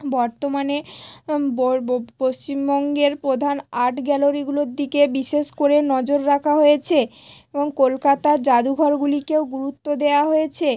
বর্তমানে পশ্চিমবঙ্গের প্রধান আর্ট গ্যালারিগুলোর দিকে বিশেষ করে নজর রাখা হয়েছে এবং কলকাতার যাদুঘরগুলিকেও গুরুত্ব দেওয়া হয়েছে